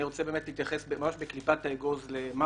אני רוצה באמת להתייחס ממש בקליפת האגוז לשאלה